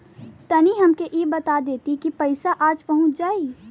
तनि हमके इ बता देती की पइसवा आज पहुँच जाई?